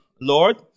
lord